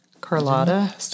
Carlotta